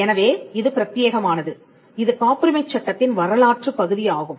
எனவே இது பிரத்தியேகமானது இது காப்புரிமைச் சட்டத்தின் வரலாற்றுப் பகுதி ஆகும்